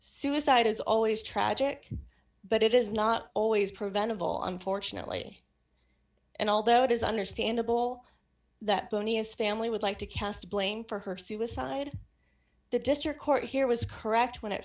suicide is always tragic but it is not always preventable unfortunately and although it is understandable that boni a family would like to cast blame for her suicide the district court here was correct when it